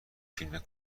فیلم